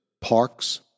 parks